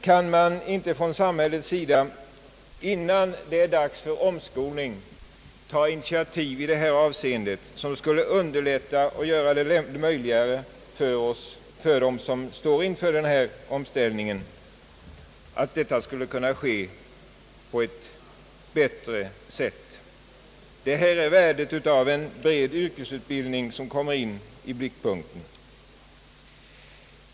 Kan man inte från samhällets sida, innan det är dags för omskolning, ta initiativ som skulle underlätta och göra det möjligt för dem som står inför en omställning att kunna klara en sådan på ett bättre sätt? Här kommer värdet av en bred yrkesutbildning i blickpunkten.